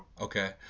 Okay